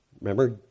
Remember